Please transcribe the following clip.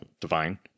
divine